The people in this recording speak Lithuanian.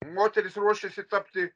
moteris ruošiasi tapti